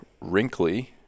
wrinkly